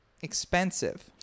expensive